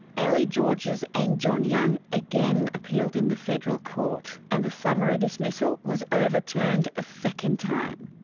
elee georges and john young again appealed in the federal court, and the summary dismissal was overturned a second time.